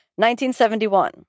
1971